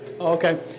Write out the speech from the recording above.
Okay